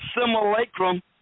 simulacrum